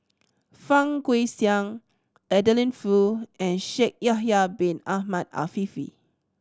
Fang Guixiang Adeline Foo and Shaikh Yahya Bin Ahmed Afifi